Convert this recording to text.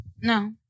No